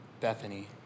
Bethany